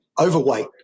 overweight